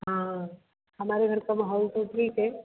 हाँ हमारे घर का माहौल तो ठीक है